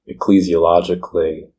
ecclesiologically